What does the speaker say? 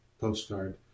postcard